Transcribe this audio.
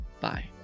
Bye